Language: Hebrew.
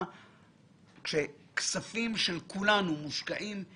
כספים של כולנו מושקעים,